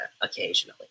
occasionally